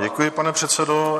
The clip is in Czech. Děkuji vám, pane předsedo.